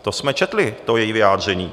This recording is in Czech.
To jsme četli, to její vyjádření.